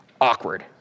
awkward